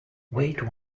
wait